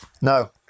No